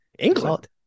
England